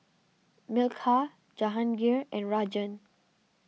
Milkha Jahangir and Rajan